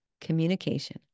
Communication